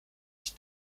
ich